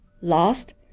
lost